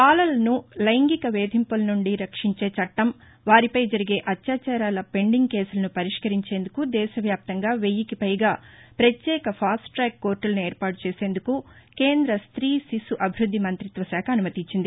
బాలలను లైంగిక వేధింపుల నుండి రక్షించే చట్టం వారిపై జరిగే అత్యాచారాల పెండింగ్ కేసులను పరిష్కరించేందుకు దేశ వ్యాప్తంగా వెయ్యికి పైగా పత్యేక ఫాస్ట్ టాక్ కోర్టులను ఏర్పాటు చేసేందుకు కేంద్ర ట్రీ శిశు అభివృద్ది మంతిత్వ శాఖ అనుమతి ఇచ్చింది